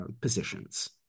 positions